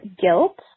guilt